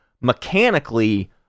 mechanically